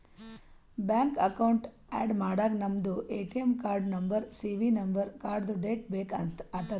bank account add ಮಾಡಾಗ ನಮ್ದು ATM ಕಾರ್ಡ್ದು ನಂಬರ್ ಸಿ.ವಿ ನಂಬರ್ ಕಾರ್ಡ್ದು ಡೇಟ್ ಬೇಕ್ ಆತದ್